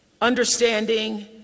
understanding